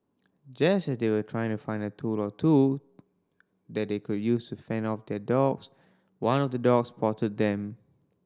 just as they were trying to find a tool or two that they could use to fend off the dogs one of the dogs spotted them